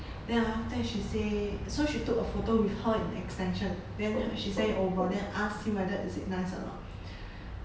then after that she say so she took a photo with her in extension then she send it over then ask him whether is it nice or not